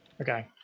Okay